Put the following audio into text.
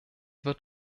wird